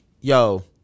yo